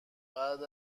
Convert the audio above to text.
بعد